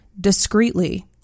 discreetly